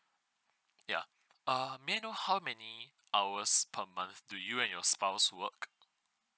ya uh may I know how many hours per month do you and your spouse work